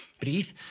Breathe